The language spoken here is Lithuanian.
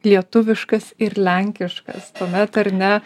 lietuviškas ir lenkiškas tuomet ar ne